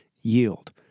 yield